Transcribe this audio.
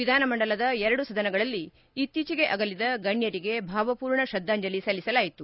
ವಿಧಾನಮಂಡಲದ ಎರಡು ಸದನಗಳಲ್ಲಿ ಇತ್ತೀಚೆಗೆ ಆಗಲಿದ ಗಣ್ಠರಿಗೆ ಭಾವಪೂರ್ಣ ಶ್ರದ್ದಾಂಜಲಿ ಸಲ್ಲಿಸಲಾಯಿತು